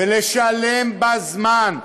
ולשלם בזמן,